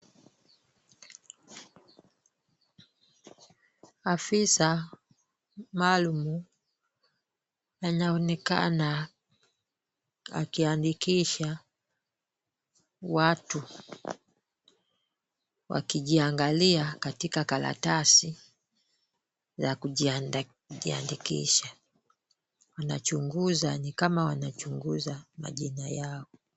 Afisa maalum anaonekana akiandikishwa watu. Wakijiangalia katika karatasi ya kujiandikisha. Ni kama wanachunguza majina yao.